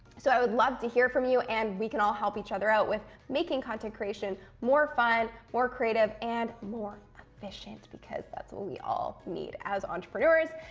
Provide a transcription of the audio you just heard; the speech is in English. so i would love to hear from you and we can all help each other out with making content creation more fun, more creative, and more efficient. because that's what we all need as entrepreneurs.